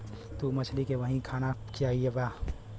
तू मछली के वही खाना खियइबा